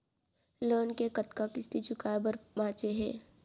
Loan के कतना किस्ती चुकाए बर बांचे हे?